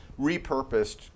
repurposed